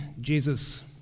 Jesus